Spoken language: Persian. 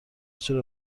چرا